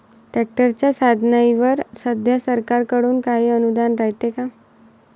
ट्रॅक्टरच्या साधनाईवर सध्या सरकार कडून काही अनुदान रायते का?